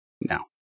now